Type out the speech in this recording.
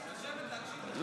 לשבת, להקשיב לך.